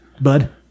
bud